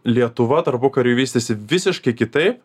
lietuva tarpukariu vystėsi visiškai kitaip